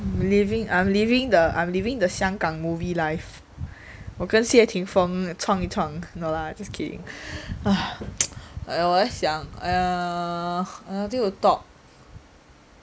believing I'm living the I'm living the 香港 movie life 我跟谢霆锋闯一闯 no lah just kidding !aiya! 我在想 !aiya! uh got nothing to talk